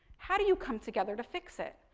how do you come together to fix it?